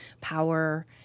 power